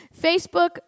Facebook